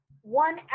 one